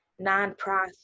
nonprofit